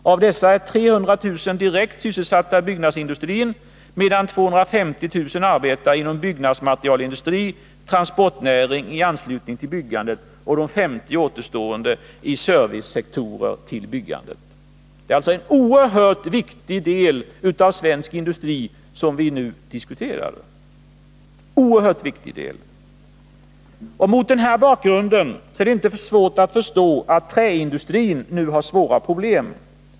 Av dessa är 300 000 direkt sysselsatta i byggnadsindustrin, medan 250 000 arbetar inom byggmaterialindustri, transportnäring m.m. i anslutning till byggandet och de återstående 50 000 i servicesektorer i anslutning till byggandet. Det är alltså en oerhört viktig del av svensk industri som vi nu diskuterar. Mot den bakgrunden är det inte svårt att förstå att träindustrin nu har allvarliga problem.